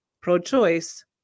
pro-choice